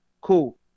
Cool